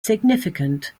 significant